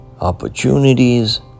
opportunities